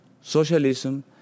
socialism